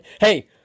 Hey